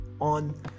on